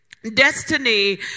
Destiny